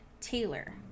Taylor